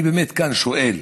אני באמת כאן שואל: